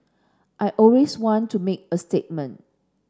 I always want to make a statement